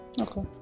Okay